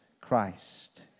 Christ